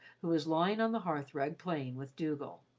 who was lying on the hearth-rug playing with dougal.